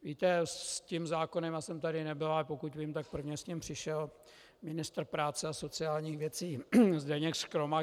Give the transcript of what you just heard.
Víte, s tím zákonem, já jsem tady nebyl, ale pokud vím, prvně přišel ministr práce a sociálních věcí Zdeněk Škromach.